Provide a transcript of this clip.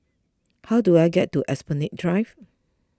how do I get to Esplanade Drive